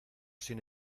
sin